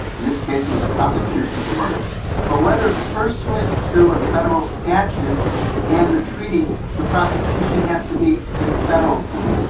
this case was a prosecution for murder or whether pursuant to a federal statute and the treaty, the prosecution has to be in federal court.